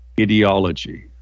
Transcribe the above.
ideology